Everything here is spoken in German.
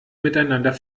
miteinander